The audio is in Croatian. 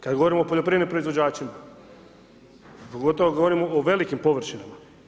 Kad govorimo o poljoprivrednim proizvođačima, pogotovo govorimo o velikim površinama.